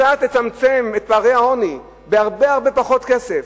קצת לצמצם את פערי העוני בהרבה הרבה פחות כסף,